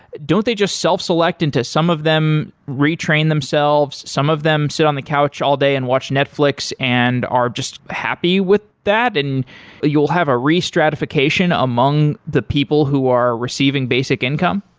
don't they just self-select into some of them retrain themselves, some of them sit on the couch all day and watch netflix and are just happy with that. and you'll have a restratification among the people who are receiving basic income?